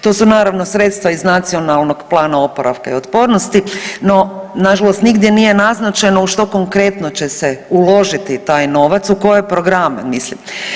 To su naravno sredstva iz Nacionalnog plana oporavka i otpornosti, no nažalost nigdje nije konkretno naznačeno u što konkretno će se uložiti taj novac, u koje programe mislim.